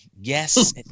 yes